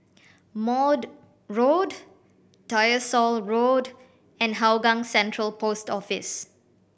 Maude Road Tyersall Road and Hougang Central Post Office